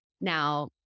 Now